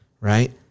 Right